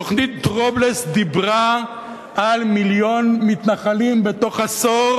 תוכנית דרובלס דיברה על מיליון מתנחלים בתוך עשור